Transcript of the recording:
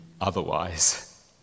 otherwise